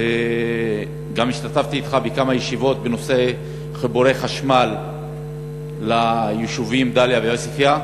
וגם השתתפתי אתך בכמה ישיבות בנושא חיבורי חשמל ליישובים דאליה ועוספיא,